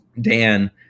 Dan